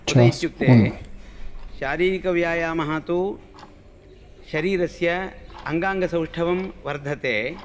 कुत इत्युक्ते शारीरिकव्यायामः तु शरीरस्य अङ्गाङ्गसौष्ठवं वर्धते